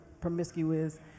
promiscuous